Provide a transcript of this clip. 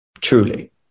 truly